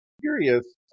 curious